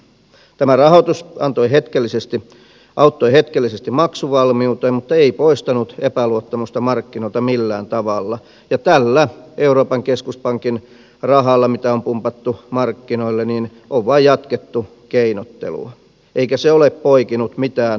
tämä rahoitus auttoi hetkellisesti maksuvalmiuteen muttei poistanut epäluottamusta markkinoilta millään tavalla ja tällä euroopan keskuspankin rahalla mitä on pumpattu markkinoille on vain jatkettu keinottelua eikä se ole poikinut mitään uutta kasvua